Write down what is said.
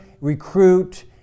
recruit